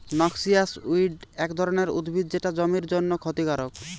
noxious weed এক ধরণের উদ্ভিদ যেটা জমির জন্যে ক্ষতিকারক